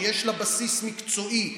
שיש לה בסיס מקצועי,